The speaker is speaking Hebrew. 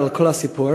על כל הסיפור,